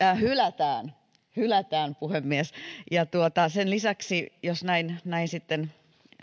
hylätään hylätään sen lisäksi jos näin näin sitten